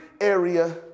area